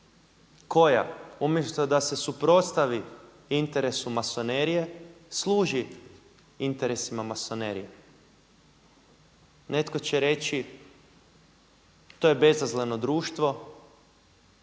koja umjesto da se suprotstavi interesu masonerije služi interesima masonerije. Netko će reći to je bezazleno društvo.